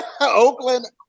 Oakland